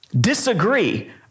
Disagree